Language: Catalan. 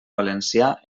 valencià